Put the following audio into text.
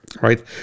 right